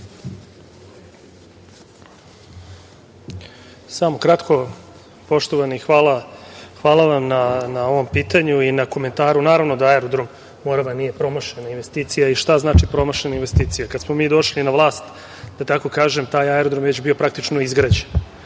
Samo kratko. Poštovani, hvala vam na ovom pitanju i na komentaru. Naravno da aerodrom „Morava“ nije promašena investicija i šta znači promašena investicija? Kad smo mi došli na vlast, da tako kažem, taj aerodrom je već bio praktično izgrađen.